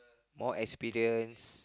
or experience